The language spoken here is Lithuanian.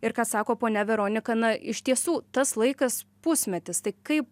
ir ką sako ponia veronika na iš tiesų tas laikas pusmetis tai kaip